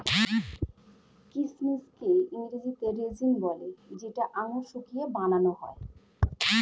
কিচমিচকে ইংরেজিতে রেজিন বলে যেটা আঙুর শুকিয়ে বানান হয়